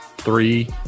Three